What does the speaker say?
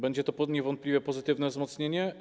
Będzie to niewątpliwie pozytywne wzmocnienie.